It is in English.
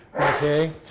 okay